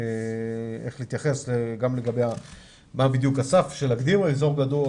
איך להתייחס גם לגבי מה בדיוק הסף של להגדיר אזור גדול